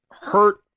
hurt